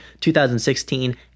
2016